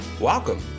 Welcome